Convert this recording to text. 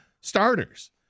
starters